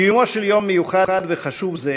קיומו של יום מיוחד וחשוב זה,